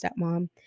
stepmom